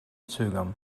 zögern